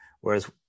Whereas